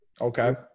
Okay